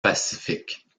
pacifiques